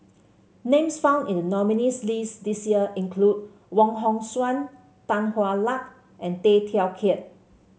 names found in the nominees' list this year include Wong Hong Suen Tan Hwa Luck and Tay Teow Kiat